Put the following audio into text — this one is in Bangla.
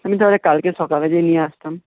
আমি তাহলে কালকে সকালে গিয়ে নিয়ে আসতাম